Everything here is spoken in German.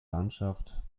landschaft